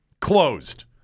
closed